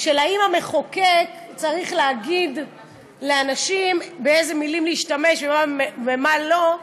האם המחוקק צריך להגיד לאנשים באיזה מילים להשתמש ובמה לא,